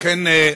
אם כן,